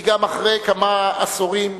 כי גם אחרי כמה עשורים,